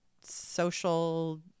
social